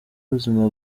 ubuzima